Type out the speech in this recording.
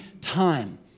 time